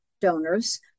donors